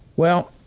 well,